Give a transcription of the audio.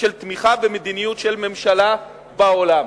של תמיכה במדיניות של ממשלה בעולם.